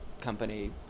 company